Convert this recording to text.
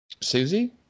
Susie